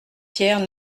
pierre